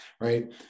right